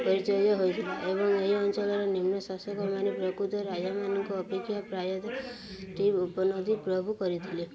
ପରିଚୟ ହୋଇଥିଲେ ଏବଂ ଏହି ଅଞ୍ଚଳର ନିମ୍ନ ଶାସକମାନେ ପ୍ରକୃତ ରାଜାମାନଙ୍କ ଅପେକ୍ଷା ପ୍ରାୟତଃ ଟି ଉପନଦୀ ପ୍ରଭୁ କରିଥିଲେ